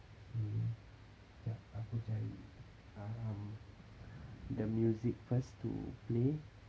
okay jap aku cari um the music first to play